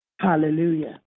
Hallelujah